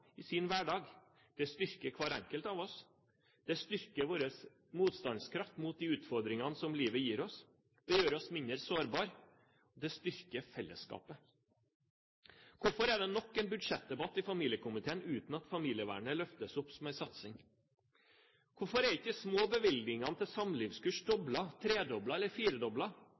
i sin hverdag, styrker hver enkelt av oss. Det styrker vår motstandskraft mot de utfordringene som livet gir oss, det gjør oss mindre sårbare, og det styrker fellesskapet. Hvorfor er det nok en budsjettdebatt i familiekomiteen uten at familievernet løftes fram som en satsing? Hvorfor er ikke de små bevilgningene til samlivskurs doblet, tredoblet eller